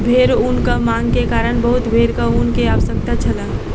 भेड़ ऊनक मांग के कारण बहुत भेड़क ऊन के आवश्यकता छल